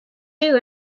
too